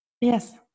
Yes